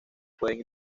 pueden